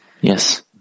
Yes